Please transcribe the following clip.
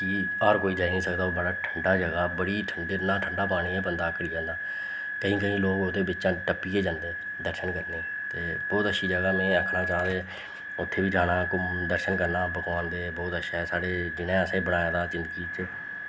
कि हर कोई जाई नेईं सकदा ओह् बड़ा बड्डा ठंडा जगह् बड़ी ठंडी इन्ना ठंडा पानी बंदा आकड़ी जंदा केईं केईं लोक ओह्दे बिच्चां टप्पियै जंदे दर्शन करने गी ते बोह्त अच्छी जगह् में आखना चांह्ग ऐ उत्थें बी जाना घूमने गी दर्शन करना भगवान दे बोह्त अच्छा ऐ साढ़े जिन्नै असें गी बनाए दा ऐ जिंदगी च